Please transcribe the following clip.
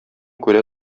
күрә